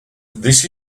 this